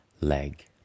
leg